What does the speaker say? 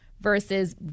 Versus